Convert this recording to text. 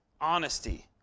honesty